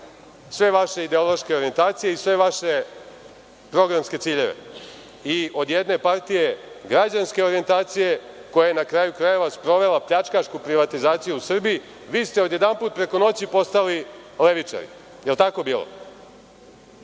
sve vaše ideološke orijentacije i sve vaše programske ciljeve i od jedne partije građanske orijentacije koja je, na kraju krajeva, sprovela pljačkašku privatizaciju u Srbiji, vi ste odjedanput, preko noći, postali levičari. Jel tako